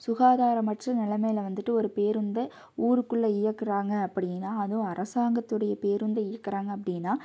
சுகாதாரமற்ற நிலைமையில் வந்துட்டு ஒரு பேருந்தை ஊருக்குள்ளே இயக்குறாங்க அப்படீன்னா அதுவும் அரசாங்கத்துடைய பேருந்த இயக்குறாங்க அப்படீன்னா